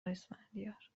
اسفندیار